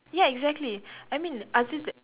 ya exactly I mean other than